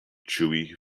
chewy